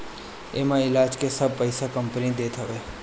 एमे इलाज के सब पईसा कंपनी देत हवे